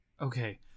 Okay